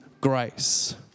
grace